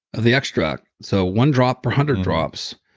of the extract. so one drop per a hundred drops.